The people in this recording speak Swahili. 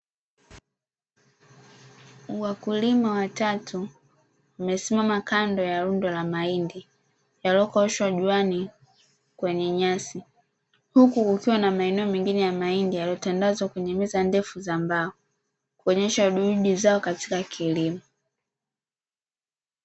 Wakulima watatu wamesimama kando ya rundo la mahindi lililokoshwa juani kwenye nyasi. Huku kukiwa na maeneo mengine ya mahindi yaliyotandazwa kwenye meza ndefu za mbao kuonyesha bidii zao katika kilimo.